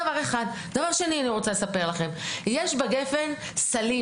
דבר שני, אני רוצה לספר לכם, יש בגפ"ן סלים.